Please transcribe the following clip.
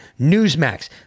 Newsmax